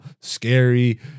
scary